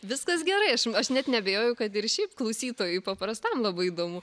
viskas gerai aš net neabejoju kad ir šiaip klausytojui paprastam labai įdomu